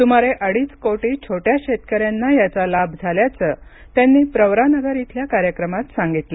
सुमारे अडीच कोटी छोट्या शेतकऱ्यांना याचा लाभ झाल्याचं त्यांनी प्रवरानगर इथल्या कार्यक्रमात सांगितलं